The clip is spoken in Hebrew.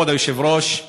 כבוד היושב-ראש,